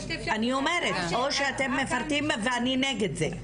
אני אומרת, או שאתם מפרטים, ואני נגד זה.